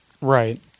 Right